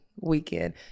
weekend